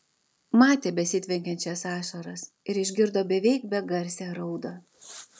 matė besitvenkiančias ašaras ir išgirdo beveik begarsę raudą